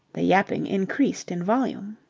the yapping increased in volume.